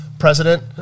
President